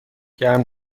گرم